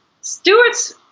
Stewart's